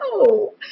No